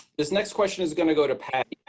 this next question is going to go to patty.